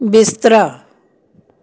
ਬਿਸਤਰਾ